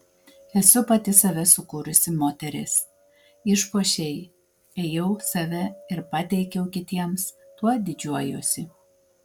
esu pati save sukūrusi moteris išpuošei ėjau save ir pateikiau kitiems tuo didžiuojuosi